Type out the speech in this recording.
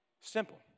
Simple